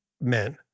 men